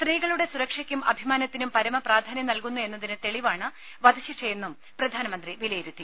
സ്ത്രീകളുടെ സുരക്ഷയ്ക്കും അഭിമാനത്തിനും പരമപ്രാധാന്യം നൽകുന്നു എന്നതിന് തെളിവാണ് വധശിക്ഷയെന്നും പ്രധാനമന്ത്രി വിലയിരുത്തി